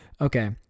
Okay